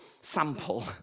sample